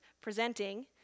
presenting